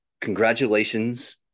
congratulations